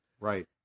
Right